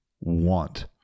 want